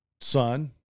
son